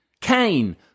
Cain